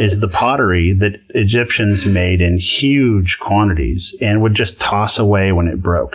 is the pottery that egyptians made in huge quantities, and would just toss away when it broke,